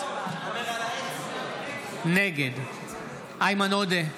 נגד איימן עודה,